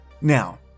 Now